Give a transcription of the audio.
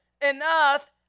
enough